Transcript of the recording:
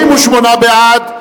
38 בעד,